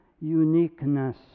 uniqueness